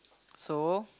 so